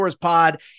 pod